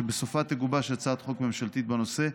שבסופה תגובש הצעת חוק ממשלתית בנושא,